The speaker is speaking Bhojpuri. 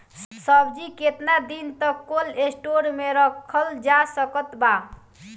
सब्जी केतना दिन तक कोल्ड स्टोर मे रखल जा सकत बा?